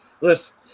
Listen